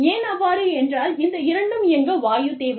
ஏன் அவ்வாறு என்றால் இந்த இரண்டும் இயங்க வாயு தேவை